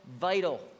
vital